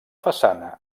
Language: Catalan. façana